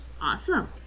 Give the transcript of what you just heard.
Awesome